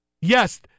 Yes